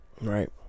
Right